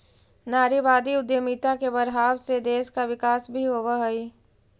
नारीवादी उद्यमिता के बढ़ावे से देश का विकास भी होवअ हई